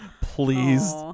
Please